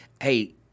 hey